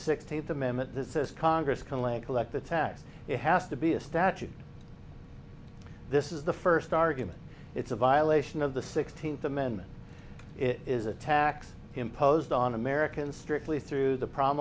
sixteenth amendment that says congress can land collect the tax it has to be a statute this is the first argument it's a violation of the sixteenth amendment is a tax imposed on americans strictly through the